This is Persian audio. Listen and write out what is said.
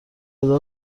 هزار